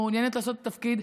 שמעוניינת לעשות תפקיד,